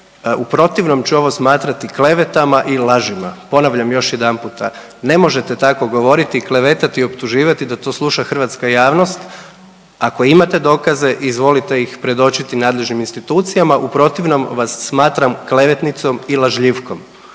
u protivnom ću ovo smatrati klevetama i lažima. Ponavljam još jedanputa, ne možete tako govoriti i klevetati i optuživati da to sluša hrvatska javnost, ako imate dokaze izvolite ih predočiti nadležnim institucijama, u protivnom vas smatram klevetnicom i lažljivkom.